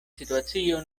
situacio